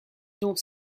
dont